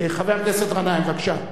חבר הכנסת גנאים, בבקשה.